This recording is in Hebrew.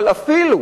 אבל, אפילו